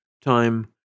Time